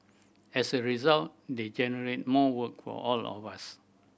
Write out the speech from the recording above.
as a result they generate more work for all of us